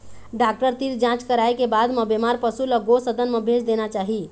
doctor तीर जांच कराए के बाद म बेमार पशु ल गो सदन म भेज देना चाही